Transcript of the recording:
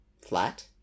flat